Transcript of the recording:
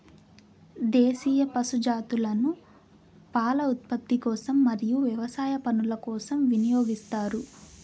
దేశీయ పశు జాతులను పాల ఉత్పత్తి కోసం మరియు వ్యవసాయ పనుల కోసం వినియోగిస్తారు